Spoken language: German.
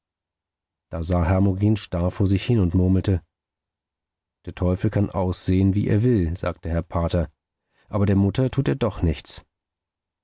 da sah hermogen starr vor sich hin und murmelte der teufel kann aussehen wie er will sagt der herr pater aber der mutter tut er doch nichts